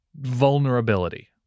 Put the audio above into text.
vulnerability